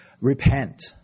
repent